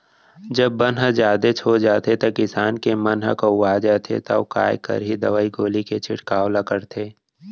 जब बन ह जादेच हो जाथे त किसान के मन ह कउवा जाथे तौ काय करही दवई गोली के छिड़काव ल करथे